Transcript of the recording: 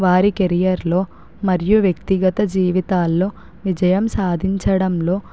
వారి కెరియర్లో మరియు వ్యక్తిగత జీవితాల్లో విజయం సాధించడంలో